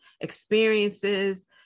experiences